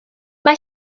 mae